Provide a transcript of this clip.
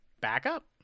backup